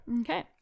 Okay